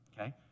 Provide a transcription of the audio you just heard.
Okay